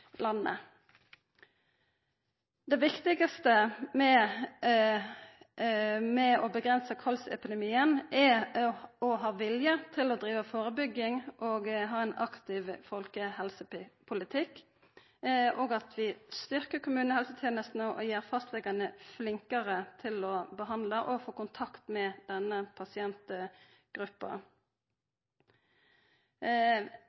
Det viktigaste med å avgrensa kolsepidemien er å ha vilje til å driva førebygging og ha ein aktiv folkehelsepolitikk, og at vi styrkjer kommunehelsetenestene og gjer fastlegane flinkare til å behandla og få kontakt med denne pasientgruppa.